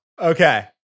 Okay